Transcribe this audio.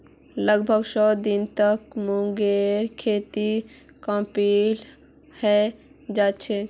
लगभग सौ दिनत मूंगेर खेती कंप्लीट हैं जाछेक